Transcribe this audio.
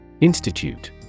Institute